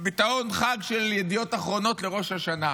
בביטאון חג של ידיעות אחרונות לראש השנה,